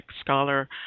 Scholar